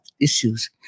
issues